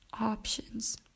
options